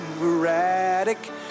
erratic